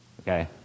okay